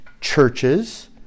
churches